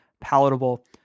palatable